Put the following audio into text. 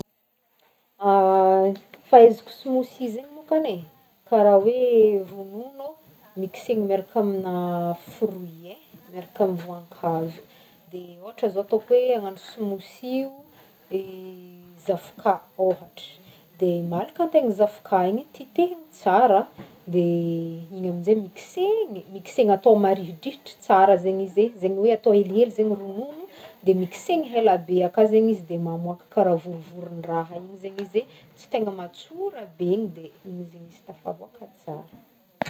Fahaizako smoothie zegny môkany e karaha hoe ronono mixegny miaraka amina fruit e miaraka amy voankazo de ôhatra zao ataoko hoe agnano smoothie o de zavoka ôhatra de malaka antegna zavoka igny titehigny tsara de igny aminjay mixegny- mixena atao marihidrihitry tsara zegny izy e zegny hoe atao helihely zegny ronono de mixegny elabe akao zegny izy de mamoaka karaha vorovorondraha igny zegny izy e tsy tegna matsora be de igny izy tafaboaka tsara.